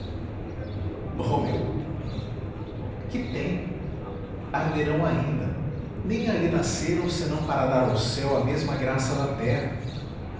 romeu que tem arderão ainda nem ali nasceram senão para dar ao céu a mesma graça da terra